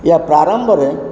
ଇୟା ପ୍ରାରମ୍ଭରେ